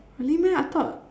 really meh I thought